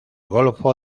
golfo